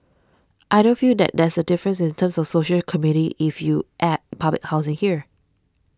I don't feel that there's a difference in terms of social community if you add public housing here